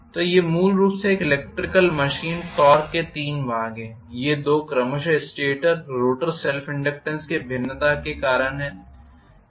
तो ये मूल रूप से एक इलेक्ट्रिकल मशीन टॉर्क के तीन भाग हैं ये दो क्रमशः स्टेटर और रोटर सेल्फ़ इनडक्टेन्स के भिन्नता के कारण हैं